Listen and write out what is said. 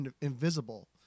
invisible